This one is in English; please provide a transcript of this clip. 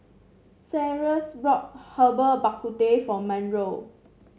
Cyrus brought Herbal Bak Ku Teh for Monroe